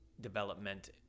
development